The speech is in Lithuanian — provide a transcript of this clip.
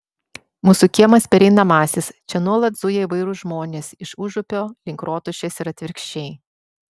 mūsų kiemas pereinamasis čia nuolat zuja įvairūs žmonės iš užupio link rotušės ir atvirkščiai